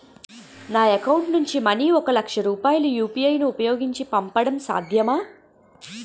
నా అకౌంట్ నుంచి మనీ ఒక లక్ష రూపాయలు యు.పి.ఐ ను ఉపయోగించి పంపడం సాధ్యమా?